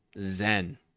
zen